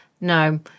No